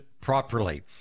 properly